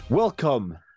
Welcome